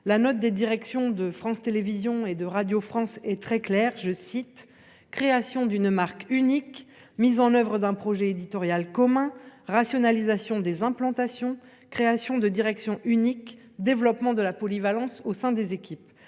La note des directions de France Télévisions et de Radio France est très claire :« création d'une marque unique, mise en oeuvre d'un projet éditorial commun, rationalisation des implantations, création de directions uniques et développement de la polyvalence au sein des équipes ».